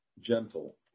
Gentle